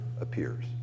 appears